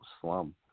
slum